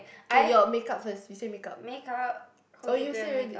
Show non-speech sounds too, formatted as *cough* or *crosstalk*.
okay your makeup first you say makeup *breath* oh you say already